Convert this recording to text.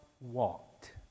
walked